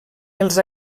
els